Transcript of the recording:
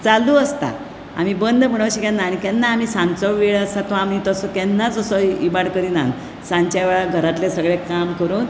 चालू आसता आमी बंद म्हूण अशें केन्ना आनी केन्ना आमी सानचो वेळ आसा तो आमी तसो केन्ना इबाड करिनात सानचे वेळार घरांतलें सगळें काम करून